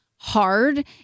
hard